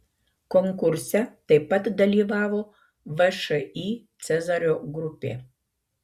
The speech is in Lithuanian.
konkurse taip pat dalyvavo všį cezario grupė